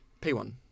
P1